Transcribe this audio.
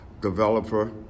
developer